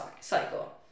cycle